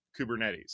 Kubernetes